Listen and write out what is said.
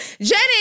Jenny